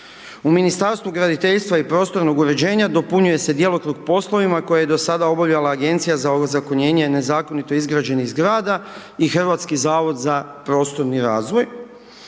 U Ministarstvu graditeljstva i prostornog uređenja, dopunjuje se djelokrug poslovima koje je do sada obavljala Agencija za ozakonjenje nezakonito izgrađenih zgrada i Hrvatski zavod za prostorni razvoj.